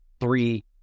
three